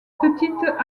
petites